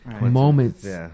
moments